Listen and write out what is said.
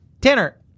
Tanner